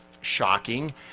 shocking